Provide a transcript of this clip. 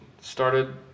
started